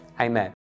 Amen